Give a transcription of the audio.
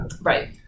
Right